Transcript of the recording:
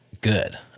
good